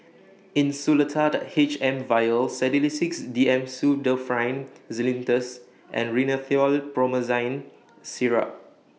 Insulatard H M Vial Sedilix D M Pseudoephrine Linctus and Rhinathiol Promethazine Syrup